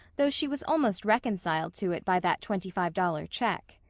though she was almost reconciled to it by that twenty-five dollar check.